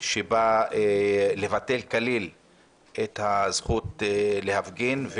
שבא לבטל כליל את הזכות להפגין,